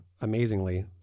amazingly